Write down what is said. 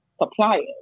suppliers